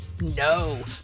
no